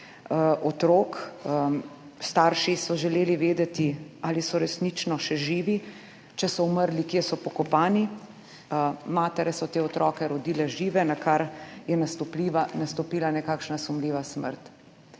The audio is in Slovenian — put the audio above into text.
otrok. Starši so želeli vedeti, ali so resnično še živi, če so umrli, kje so pokopani. Matere so te otroke rodile žive, nakar je nastopila nekakšna sumljiva smrt.